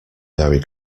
very